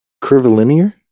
Curvilinear